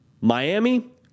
Miami